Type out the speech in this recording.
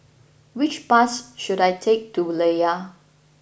which bus should I take to Layar